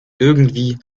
irgendwie